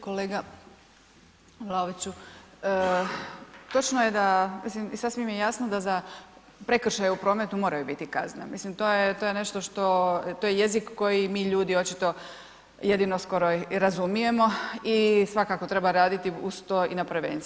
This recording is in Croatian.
Kolega Vlaoviću, točno je da, mislim i sasvim je jasno da za prekršaj u prometu moraju biti kazne, to je nešto što, to je jezik koji mi ljudi očito jedino skoro i razumijemo i svakako treba raditi uz to i na prevenciji.